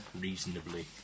Reasonably